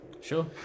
sure